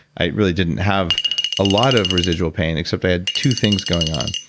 i really didn't have a lot of residual pain except i had two things going on.